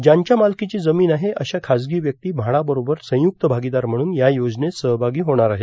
ज्यांच्या मालकीची जमीन आहे अशा खासगी व्यक्ती म्हाडाबरोबर संयुक्त भागीदार म्हणून या योजनेत सहभागी होणार आहेत